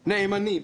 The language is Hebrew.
נאמנים,